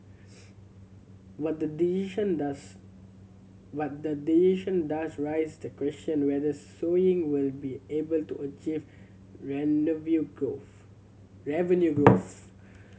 but the decision does but the decision does rise the question whether sewing will be able to achieve view growth revenue growth